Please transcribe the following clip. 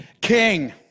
King